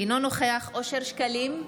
אינו נוכח אושר שקלים,